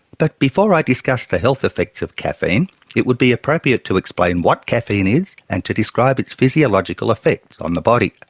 but before i discuss the health effects of caffeine it would be appropriate to explain what caffeine is and to describe its physiological effects on the body.